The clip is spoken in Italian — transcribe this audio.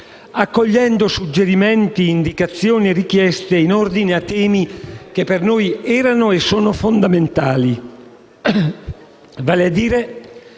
accogliendo suggerimenti, indicazioni e richieste in ordine a temi che per noi erano e sono fondamentali,